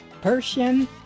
Persian